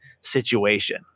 situation